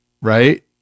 right